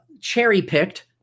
cherry-picked